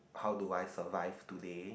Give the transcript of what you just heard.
how do I survive today